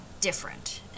different